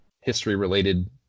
history-related